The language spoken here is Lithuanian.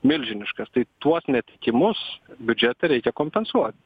milžiniškas tai tuos neatitikimus biudžete reikia kompensuot